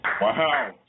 Wow